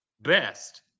best